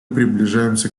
приближаемся